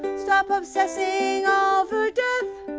stop obsessing over death,